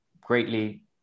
greatly